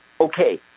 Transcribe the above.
okay